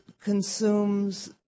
consumes